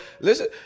listen